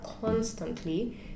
constantly